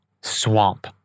swamp